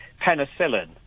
penicillin